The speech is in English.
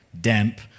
damp